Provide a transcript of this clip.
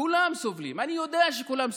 כולם סובלים, אני יודע שכולם סובלים,